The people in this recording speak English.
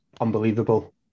unbelievable